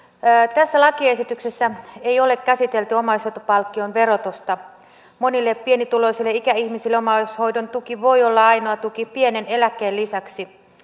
tässä lakiesityksessä ei ole käsitelty omaishoitopalkkion verotusta monille pienituloisille ikäihmisille omaishoidon tuki voi olla ainoa tuki pienen eläkkeen lisäksi